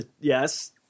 yes